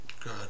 Good